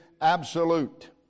absolute